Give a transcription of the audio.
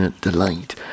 delight